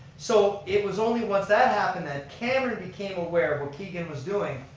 so it was only once that happened that cameron became aware of what keegan was doing,